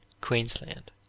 Queensland